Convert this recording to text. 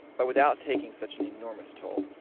but without taking such an enormous toll.